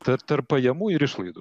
tar tarp pajamų ir išlaidų